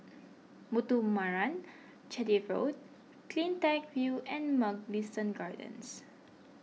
Muthuraman Chetty Road CleanTech View and Mugliston Gardens